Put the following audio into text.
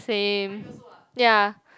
same ya